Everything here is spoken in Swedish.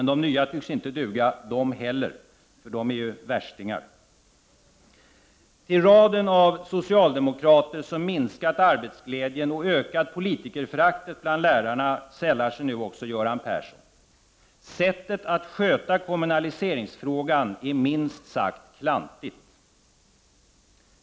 De nya tycks inte duga de heller — de är ”värstingar”. Till raden av socialdemokrater som minskat arbetsglädjen och ökat politikerföraktet bland lärarna sällar sig nu också Göran Persson. Sättet att sköta kommunaliseringsfrågan är minst sagt klantigt.